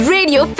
Radio